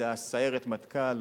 זו סיירת המטכ"ל,